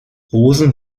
rosen